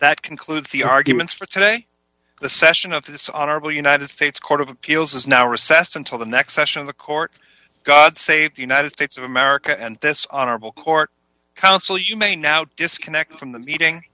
that concludes the arguments for today the session of this honorable united states court of appeals has now recessed until the next session of the court god save the united states of america and this honorable court counsel you may now disconnect from the meeting